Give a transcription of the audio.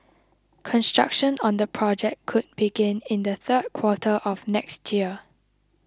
construction on the project could begin in the third quarter of next year